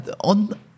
on